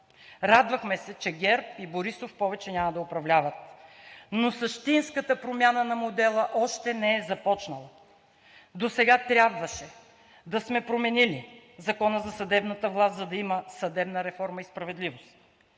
Радвахме се, че ГЕРБ и Борисов повече няма да управляват, но същинската промяна на модела още не е започнала. Досега трябваше да сме променили Закона за съдебната власт, за да има съдебна реформа и справедливост.